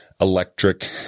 electric